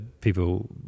people